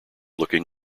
looking